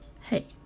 hey